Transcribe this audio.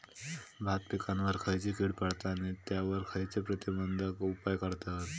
भात पिकांवर खैयची कीड पडता आणि त्यावर खैयचे प्रतिबंधक उपाय करतत?